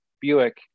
buick